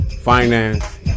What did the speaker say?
finance